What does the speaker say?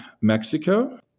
Mexico